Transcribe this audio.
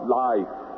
life